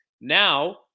Now